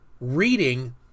reading